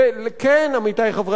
להתקדם להסדר,